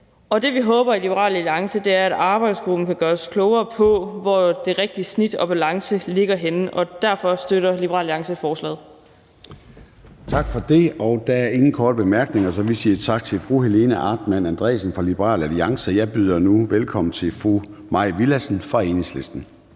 af. Det, vi håber i Liberal Alliance, er, at arbejdsgruppen kan gøre os klogere på, hvor det rigtige snit og den rigtige balance ligger henne, og derfor støtter Liberal Alliance forslaget. Kl. 18:47 Formanden (Søren Gade): Der er ingen korte bemærkninger, så vi siger tak til fru Helena Artmann Andresen fra Liberal Alliance. Og jeg byder nu velkommen til fru Mai Villadsen fra Enhedslisten.